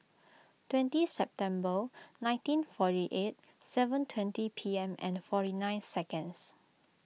twenty September nineteen forty eight seven twenty P M and forty nine seconds